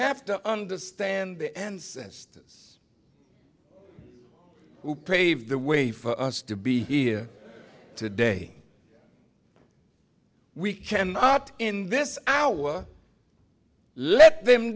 have to understand the end systems who paved the way for us to be here today we cannot in this hour let them